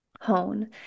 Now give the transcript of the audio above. hone